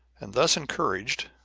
and, thus encouraged,